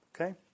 okay